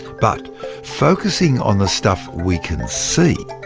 but focusing on the stuff we can see,